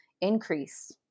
increase